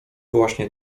właśnie